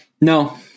No